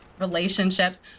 relationships